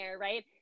Right